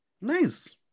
Nice